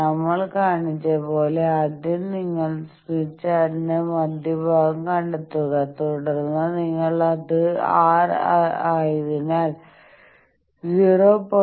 നമ്മൾ കാണിച്ച പോലെ ആദ്യം നിങ്ങൾ സ്മിത്ത് ചാർട്ടിന്റെ മധ്യഭാഗം കണ്ടെത്തുക തുടർന്ന് നിങ്ങൾ അത് R ആയതിനാൽ 0